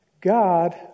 God